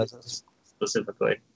specifically